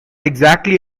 exactly